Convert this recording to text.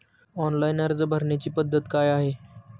Online अर्ज भरण्याची पद्धत काय आहे?